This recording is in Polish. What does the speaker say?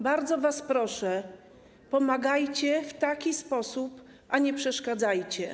Bardzo was proszę, pomagajcie w taki sposób, a nie przeszkadzajcie.